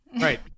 Right